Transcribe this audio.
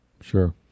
Sure